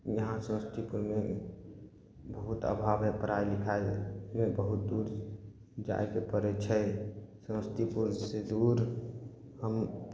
इहाँ समस्तीपुरमे बहुत आभाव हइ पढ़ाइ लिखाइके बहुत दूर जायके पड़ै छै समस्तीपुर से दूर हम